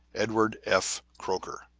edward f. croker,